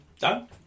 done